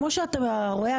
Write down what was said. כמו שאתה רואה,